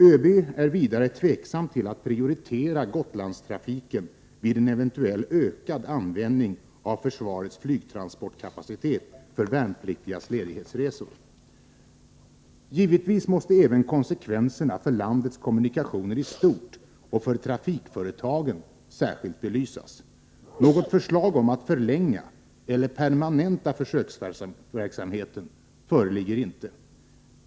ÖB är vidare tveksam till att prioritera Gotlandstrafiken vid en eventuell ökad användning av försvarets Givetvis måste även konsekvenserna för landets kommunikationer i stort och för trafikföretagen särskilt belysas. Något förslag om att förlänga eller permanenta försöksverksamheten föreligger inte.